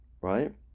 right